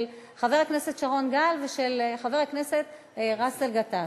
של חבר הכנסת שרון גל ושל חבר הכנסת באסל גטאס.